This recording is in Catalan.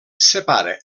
separa